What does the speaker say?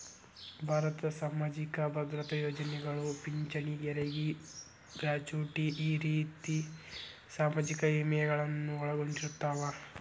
ಭಾರತದ್ ಸಾಮಾಜಿಕ ಭದ್ರತಾ ಯೋಜನೆಗಳು ಪಿಂಚಣಿ ಹೆರಗಿ ಗ್ರಾಚುಟಿ ಈ ರೇತಿ ಸಾಮಾಜಿಕ ವಿಮೆಗಳನ್ನು ಒಳಗೊಂಡಿರ್ತವ